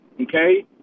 Okay